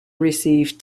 receive